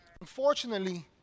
Unfortunately